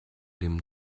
dem